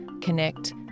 Connect